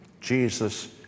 Jesus